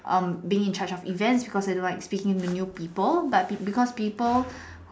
um being in charge of events because I don't like speaking to new people but because people